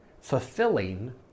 fulfilling